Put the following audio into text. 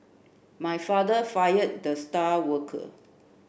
my father fired the star worker